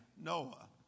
Noah